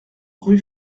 rue